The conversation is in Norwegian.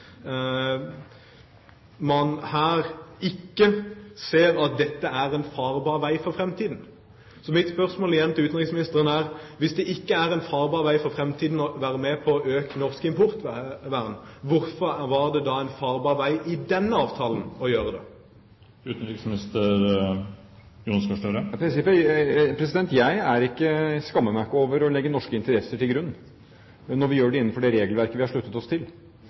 dette «ikke er noen farbar vei for framtida». Så mitt spørsmål til utenriksministeren er: Hvis det ikke er en farbar vei for framtiden å være med på å øke norsk importvern, hvorfor var det da en farbar vei å gjøre det i denne avtalen? Jeg skammer meg ikke over å legge norske interesser til grunn når vi gjør det innenfor det regelverket vi har sluttet oss til.